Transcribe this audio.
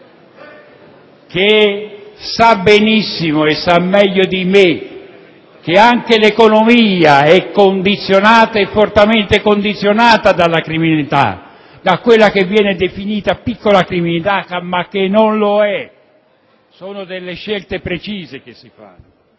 che sa benissimo, meglio di me, che anche l'economia è condizionata fortemente dalla criminalità, da quella che viene definita piccola criminalità, ma che non lo è. Sono delle scelte precise che si fanno.